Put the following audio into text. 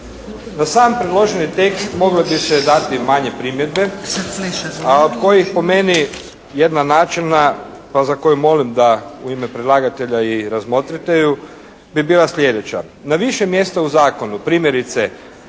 Na sam predloženi tekst mogle bi se dati manje primjedbe, a od kojih po meni jedna načelna pa za koju molim da u ime predlagatelja i razmotrite ju, bi bila sljedeća. Na više mjesta u zakonu, primjerice